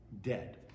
dead